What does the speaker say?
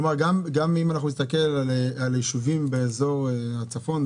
כלומר גם אם נסתכל על ישובים באזור הצפון,